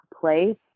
place